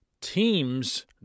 teams